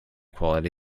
quality